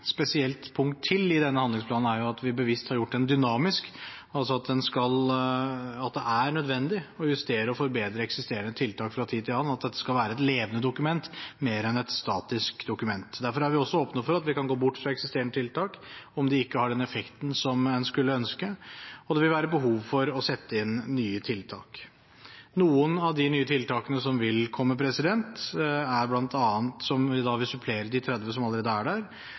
er nødvendig å justere og forbedre eksisterende tiltak fra tid til annen – at dette skal være et levende dokument mer enn et statisk dokument. Derfor er vi også åpne for at vi kan gå bort fra eksisterende tiltak om de ikke har den effekten som en skulle ønske og det vil være behov for å sette inn nye tiltak. Noen av de nye tiltakene som vil komme – som da vil supplere de 30 som allerede er der